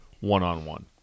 one-on-one